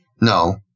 No